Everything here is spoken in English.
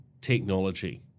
technology